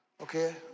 okay